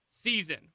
season